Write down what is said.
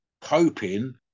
coping